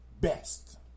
best